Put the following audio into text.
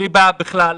בלי בעיה בכלל,